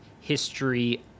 history